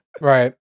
Right